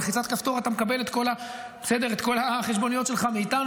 בלחיצת כפתור אתה מקבל את כל החשבוניות שלך מאיתנו.